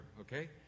okay